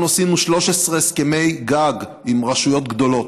אנחנו עשינו 13 הסכמי גג עם רשויות גדולות,